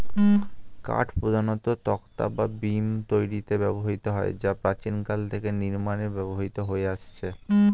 কাঠ প্রধানত তক্তা বা বিম তৈরিতে ব্যবহৃত হয় যা প্রাচীনকাল থেকে নির্মাণে ব্যবহৃত হয়ে আসছে